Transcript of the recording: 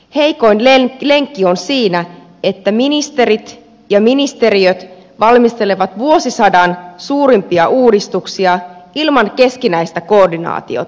heikoin lenkki on siinä että ministerit ja ministeriöt valmistelevat vuosisadan suurimpia uudistuksia ilman keskinäistä koordinaatiota